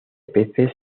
peces